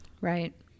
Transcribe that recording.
right